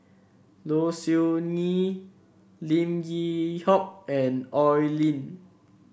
Low Siew Nghee Lim Yew Hock and Oi Lin